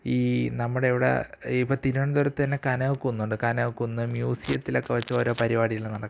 ഈ നമ്മുടെ ഇവിടെ ഇപ്പോൾ തിരുവനന്തപുരത്ത് തന്നെ കനകക്കുന്നുണ്ട് കനകക്കുന്ന് മ്യുസിയത്തിലൊക്കെ വച്ച് ഓരോ പരിപാടികൾ നടക്കും